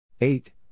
eight